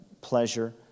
pleasure